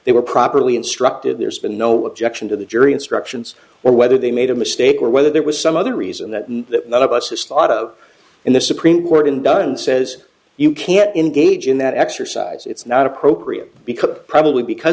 they were properly instructed there's been no objection to the jury instructions or whether they made a mistake or whether there was some other reason that that none of us has thought of in the supreme court in dunn says you can't engage in that exercise it's not appropriate because probably because